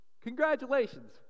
Congratulations